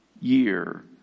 year